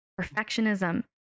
perfectionism